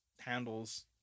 handles